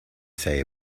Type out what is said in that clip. say